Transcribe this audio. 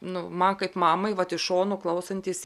nu man kaip mamai vat iš šono klausantis